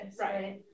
right